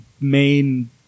main